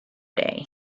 day